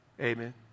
Amen